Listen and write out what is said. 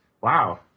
wow